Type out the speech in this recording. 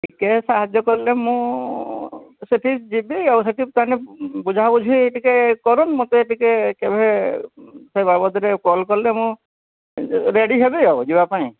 ଟିକିଏ ସାହାଯ୍ୟ କଲେ ମୁଁ ସେଠିକି ଯିବି ଆଉ ସେଠିକି ତାହେଲେ ବୁଝାବୁଝି ଟିକିଏ କର ମୋତେ ଟିକିଏ କେଭେ ସେ ବାବଦରେ କଲ କଲେ ମୁଁ ରେଡ଼ି ହେବି ଆଉ ଯିବାପାଇଁ